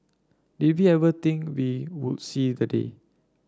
did we ever think we would see the day